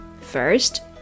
First